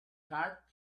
heart